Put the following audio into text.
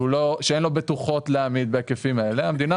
שאין לו בטוחות להעמיד בהיקפים האלה - המדינה